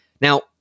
Now